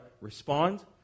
respond